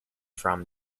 from